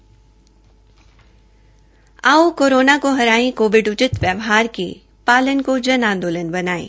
आओ कोरोना को हराए कोविड उचित व्यवहार के पालन को जन आंदोलन बनायें